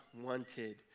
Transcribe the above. wanted